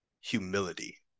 humility